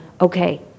okay